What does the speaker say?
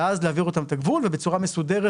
ואז להעביר אותם את הגבול ובצורה מסודרת